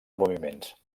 moviments